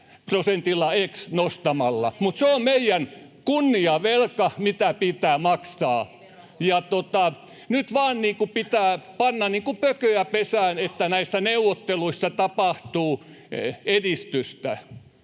me ollaan eri mieltä!] Se on meidän kunniavelka, mitä pitää maksaa, ja nyt vain pitää panna pököä pesään, että näissä neuvotteluissa tapahtuu edistystä.